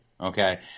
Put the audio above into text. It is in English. okay